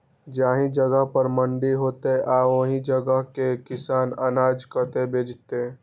जाहि जगह पर मंडी हैते आ ओहि जगह के किसान अनाज कतय बेचते?